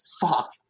fuck